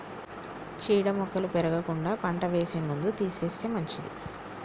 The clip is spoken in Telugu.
చీడ మొక్కలు పెరగకుండా పంట వేసే ముందు తీసేస్తే మంచిది